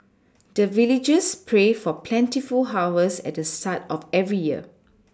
the villagers pray for plentiful harvest at the start of every year